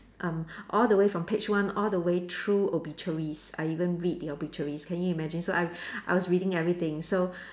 um all the way from page one all the way through obituaries I even read the obituaries can you imagine so I I was reading everything so